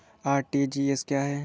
RTGS क्या है?